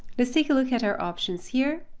let's take a look at our options here.